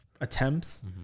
attempts